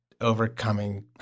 overcoming